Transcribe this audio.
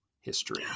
history